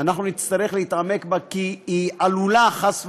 אנחנו נצטרך להתעמק בה, כי היא עלולה, חס וחלילה,